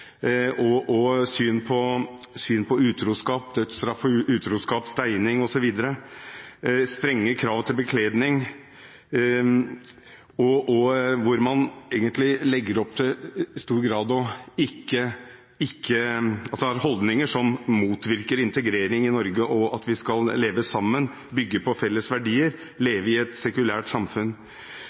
utroskap, med dødsstraff for utroskap, steining, strenge krav til bekledning, osv. Her har man holdninger som motvirker integrering i Norge og det at vi skal leve sammen, bygge på felles verdier og leve i et sekulært samfunn.